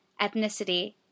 ethnicity